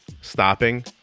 Stopping